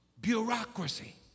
bureaucracy